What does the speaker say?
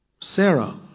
Sarah